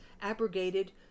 abrogated